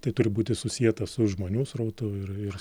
tai turi būti susieta su žmonių srautu ir ir